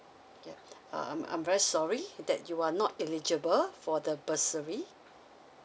ya uh I'm I'm very sorry that you are not eligible for the bursary